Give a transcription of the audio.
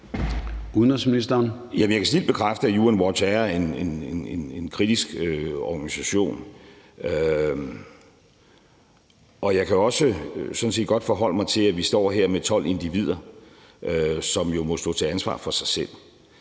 Rasmussen): Jeg kan snildt bekræfte, at UN Watch er en kritisk organisation, og jeg kan sådan set også godt forholde mig til, at vi står her med 12 individer, som jo må stå til ansvar for sig selv.